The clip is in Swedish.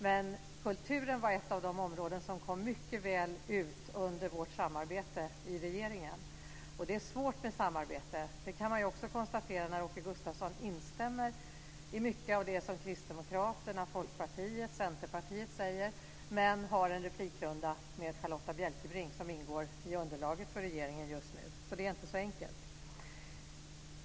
Men kulturen var ett av de områden där utfallet blev mycket bra under vårt samarbete i regeringen. Det är svårt med samarbete - det kan man också konstatera när Åke Gustavsson instämmer i mycket av det som Kristdemokraterna, Folkpartiet och Centerpartiet säger men har en replikrunda med Charlotta Bjälkebring, som ingår i underlaget för regeringen just nu. Det är inte så enkelt.